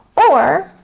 or,